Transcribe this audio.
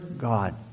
God